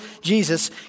Jesus